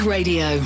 Radio